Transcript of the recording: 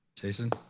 Jason